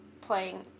playing